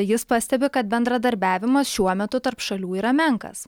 jis pastebi kad bendradarbiavimas šiuo metu tarp šalių yra menkas